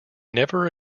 never